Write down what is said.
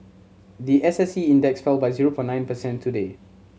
the S S E Index fell by zero point nine percent today